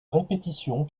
répétition